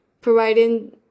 providing